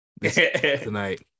tonight